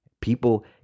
People